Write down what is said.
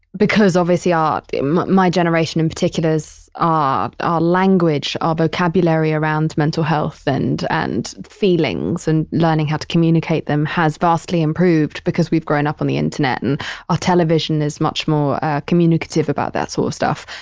because obviously our, my generation in particulars are our language, our vocabulary around mental health and and feelings and learning how to communicate them has vastly improved because we've grown up on the internet and our ah television is much more communicative about that sort of stuff.